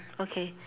okay